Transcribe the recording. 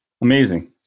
Amazing